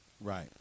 Right